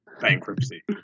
bankruptcy